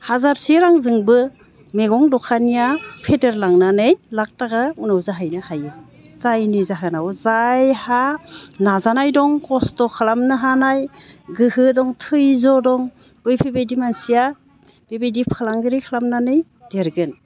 हाजारसे रांजोंबो मैगं दखानिया फेदेरलांनानै लाख थाखा उनाव जाहैनो हायो जायनि जाहोनाव जायहा नाजानाय दं खस्थ' खालामनो हानाय गोहो दं धैज्य दं बैफोरबायदि मानसिया बेबायदि फालांगिरि खालामनानै देरगोन